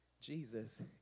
Jesus